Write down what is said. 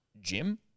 Jim